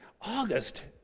August